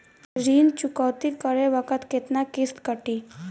ऋण चुकौती करे बखत केतना किस्त कटी?